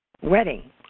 wedding